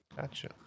Gotcha